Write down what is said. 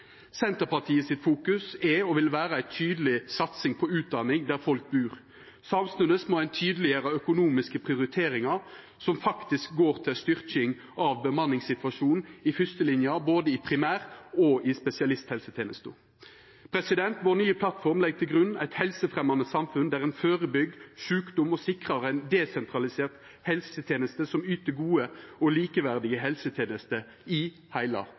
er og vil vera ei tydeleg satsing på utdanning der folk bur. Samstundes må ein tydeleggjera økonomiske prioriteringar som faktisk går til styrking av bemanningssituasjonen i fyrstelinja i både primær- og spesialisthelsetenesta. Den nye plattforma vår legg til grunn eit helsefremjande samfunn der ein førebyggjer sjukdom og sikrar ei desentralisert helseteneste som yter gode og likeverdige helsetenester i heile